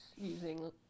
using